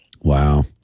Wow